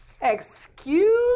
Excuse